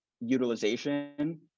utilization